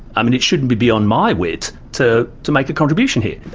um and it shouldn't be beyond my wit to to make a contribution here.